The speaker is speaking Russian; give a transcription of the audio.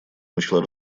начала